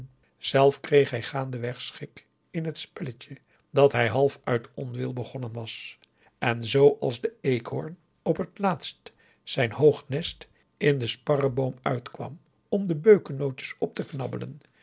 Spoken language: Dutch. kreeg hij gaandeweg schik in het spelletje dat hij half uit onwil begonnen was en zoo als de eekhoorn op het laatst zijn hoog nest augusta de wit orpheus in de dessa in den sparreboom uitkwam om de beukenootjes op te knabbelen